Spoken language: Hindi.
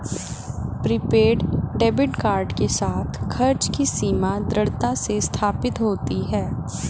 प्रीपेड डेबिट कार्ड के साथ, खर्च की सीमा दृढ़ता से स्थापित होती है